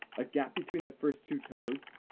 a gap between the first two toes,